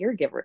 caregiver